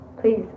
please